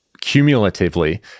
cumulatively